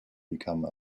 become